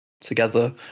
together